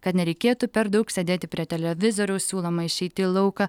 kad nereikėtų per daug sėdėti prie televizoriaus siūloma išeiti į lauką